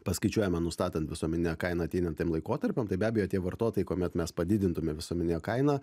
paskaičiuojame nustatant visuomeninę kainą ateinantiem laikotarpiam be abejo tie vartotojai kuomet mes padidintume visuomeninę kainą